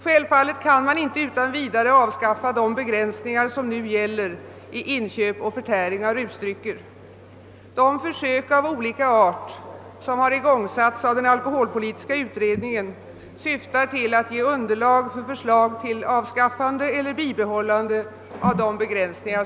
Självfallet kan man inte utan vidare avskaffa de begränsningar i inköp och förtäring av rusdrycker som nu gäller. De försök av olika slag som igångsatts av den alkoholpolitiska utredningen syftar till att ge underlag för förslag till av skaffande eller bibehållande av nu gällande begränsningar.